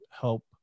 help